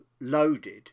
loaded